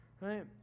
Right